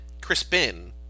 Crispin